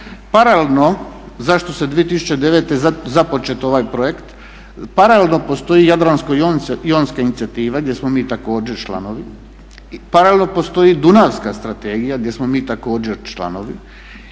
Paralelno zašto je 2009. započet ovaj projekt, paralelno postoji jadransko-jonska inicijativa gdje smo mi također članovi, paralelno postoji dunavska strategija gdje smo također članovi